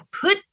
put